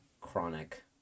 Chronic